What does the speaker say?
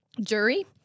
jury